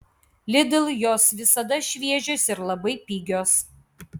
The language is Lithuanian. lidl jos visada šviežios ir labai pigios